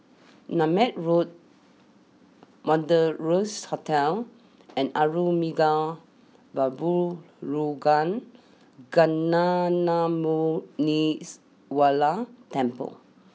Nutmeg Road Wanderlust Hotel and Arulmigu Velmurugan Gnanamuneeswarar Temple